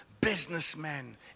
businessmen